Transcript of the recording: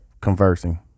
conversing